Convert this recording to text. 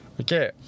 Okay